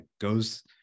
goes